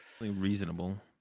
Reasonable